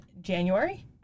January